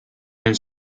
nel